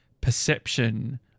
perception